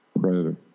Predator